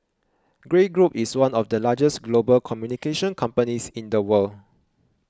Grey Group is one of the largest global communications companies in the world